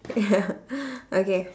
ya okay